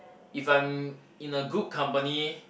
if I'm in a good company